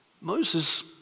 Moses